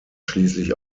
schließlich